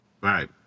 Right